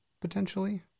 potentially